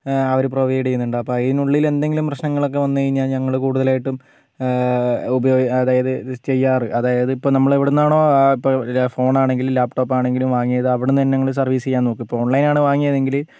അവർ provide ചെയ്യുന്നുണ്ട് അപ്പം അതിനുള്ളിലെന്തെങ്കിലും പ്രശ്നങ്ങളൊക്കെ വന്നുകഴിഞ്ഞാൽ ഞങ്ങൾ കൂടുതലായിട്ടും ഉപയോഗി അതായത് ചെയ്യാറ് അതായത് ഇപ്പം നമ്മൾ എവിടെ നിന്നാണോ ഇപ്പം ഫോണാണെങ്കിലും ലാപ് ടോപ്പാണെങ്കിലും വാങ്ങിയത് അവിടെ നിന്ന് തന്നെ ഞങ്ങൾ സർവീസ് ചെയ്യാൻ നോക്കും ഇപ്പം ഓൺലൈനാണ് വാങ്ങിയതെങ്കിൽ